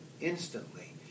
instantly